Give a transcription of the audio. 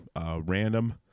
random